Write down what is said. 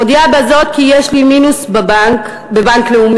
מודיעה בזאת כי יש לי מינוס בבנק לאומי